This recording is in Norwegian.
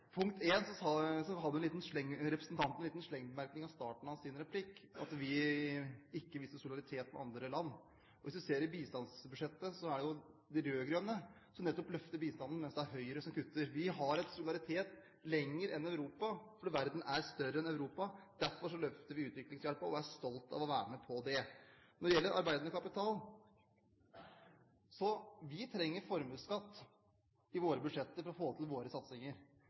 hadde representanten en liten slengbemerkning i starten av sin replikk om at vi ikke viser solidaritet med andre land. Hvis vi ser i bistandsbudsjettet, er det jo de rød-grønne som nettopp løfter bistanden, mens det er Høyre som kutter. Vi har solidaritet lenger enn Europa, fordi verden er større enn Europa. Derfor løfter vi utviklingshjelpen og er stolte av å være med på det. Når det gjelder arbeidende kapital: Vi trenger formuesskatt i våre budsjetter for å få til våre satsinger,